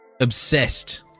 obsessed